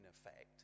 effect